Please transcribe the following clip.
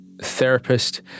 therapist